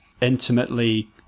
intimately